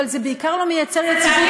אבל זה בעיקר לא יוצר יציבות,